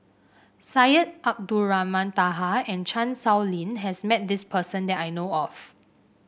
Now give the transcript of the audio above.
Syed Abdulrahman Taha and Chan Sow Lin has met this person that I know of